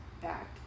back